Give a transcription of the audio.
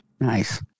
Nice